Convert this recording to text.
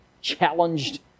challenged